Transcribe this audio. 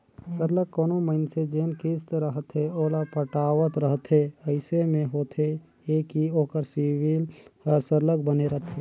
सरलग कोनो मइनसे जेन किस्त रहथे ओला पटावत रहथे अइसे में होथे ए कि ओकर सिविल हर सरलग बने रहथे